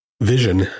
Vision